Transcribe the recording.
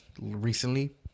recently